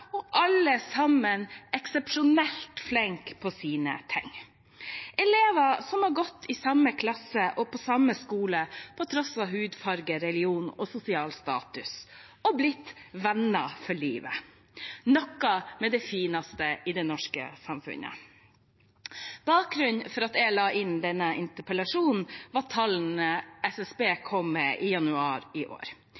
alle sammen eksepsjonelt flinke på sine ting, elever som har gått i samme klasse og på samme skole på tross av hudfarge, religion og sosial status – og blitt venner for livet. Det er noe av det fineste i det norske samfunnet. Bakgrunnen for at jeg la inn denne interpellasjonen, var tallene SSB